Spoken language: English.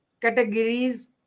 categories